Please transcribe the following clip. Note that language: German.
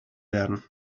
werden